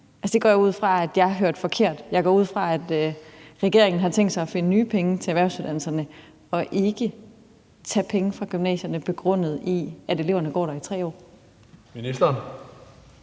Jeg går ud fra, at jeg hørte forkert. Jeg går ud fra, at regeringen har tænkt sig at finde nye penge til erhvervsuddannelserne og ikke vil tage penge fra gymnasierne, begrundet i at eleverne går der i 3 år. Kl.